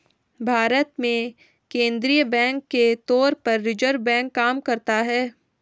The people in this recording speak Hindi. भारत में केंद्रीय बैंक के तौर पर रिज़र्व बैंक काम करता है